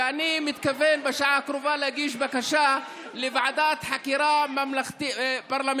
ואני מתכוון בשעה הקרובה להגיש בקשה לוועדת חקירה פרלמנטרית,